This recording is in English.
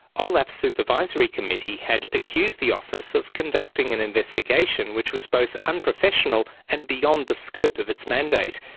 olaf's supervisory committee had accused the office of conducting an investigation which was both unprofessional and beyond the scope of its mandate.